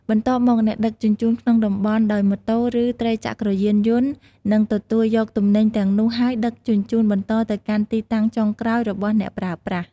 បន្ទាប់មក អ្នកដឹកជញ្ជូនក្នុងតំបន់ដោយម៉ូតូឬត្រីចក្រយានយន្តនឹងទទួលយកទំនិញទាំងនោះហើយដឹកជញ្ជូនបន្តទៅកាន់ទីតាំងចុងក្រោយរបស់អ្នកប្រើប្រាស់។